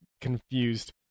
confused